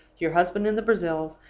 your husband in the brazils,